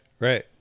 Right